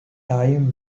time